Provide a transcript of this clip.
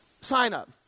sign-up